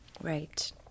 Right